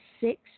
six